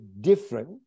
different